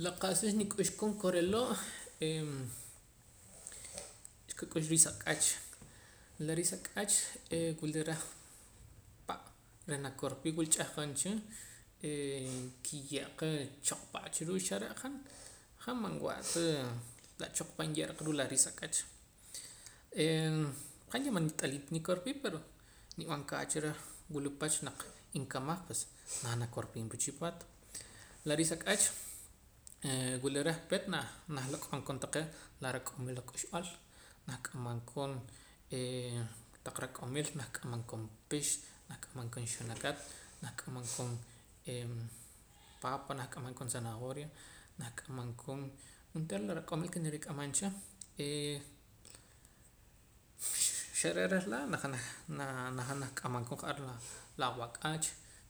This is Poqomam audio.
La qa'sa nik'ux koon kore' loo' xqak'ux riis ak'ach la riis ak'ach wula reh pa' reh nakorpii wul ch'ahqon cha kiye'qa choqpa' cha ruu' xa re' han han man wa'ta la choqpa' nye'ra qaruu' la riis ak'ach han yah manit'alii ta nikorpii pero nib'an kaach reh wula pach naq inkamaj pues na nakorpiim pa chipaat la riis ak'ach wula reh peet nah nahloq'om taqee' la riq'omil la k'uxb'al nah k'amam koon ee taq riq'omil nah k'amam koon pix nah k'amam koon xunakat nahk'amam koon papa nahk'amam koon zanahoria nahk'amam koon onteera la riq'omil ke nirik'amam cha e xare' reh laa' najam naa najaam nahk'amam koon ja'ar la la awak'aach